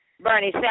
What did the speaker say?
Bernie